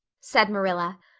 said marilla.